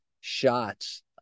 shots